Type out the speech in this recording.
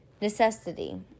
necessity